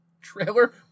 trailer